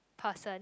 person